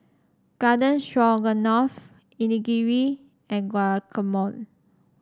Garden Stroganoff Onigiri and Guacamole